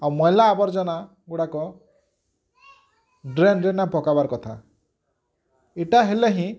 ଆଉ ମଇଳା ଆବର୍ଜନା ଗୁଡ଼ାକ ଡ୍ରେନ୍ରେ ନପାକେଇବାର କଥା ଏଇଟା ହେଲେ ହିଁ